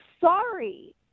sorry